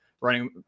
running